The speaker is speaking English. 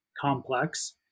complex